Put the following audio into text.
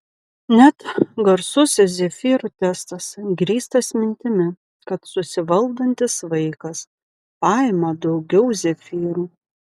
net garsusis zefyrų testas grįstas mintimi kad susivaldantis vaikas paima daugiau zefyrų